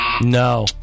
No